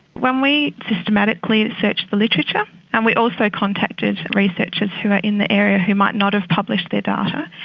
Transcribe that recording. when we systematically researched the literature and we also contacted researchers who are in the area who might not have published their data,